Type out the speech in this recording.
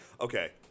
Okay